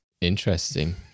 Interesting